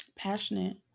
passionate